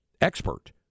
expert